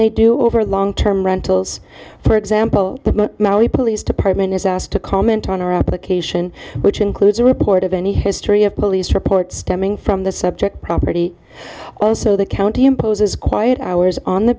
they do over the long term rentals for example the police department is asked to comment on our application which includes a report of any history of police reports stemming from the subject property also the county imposes quiet hours on the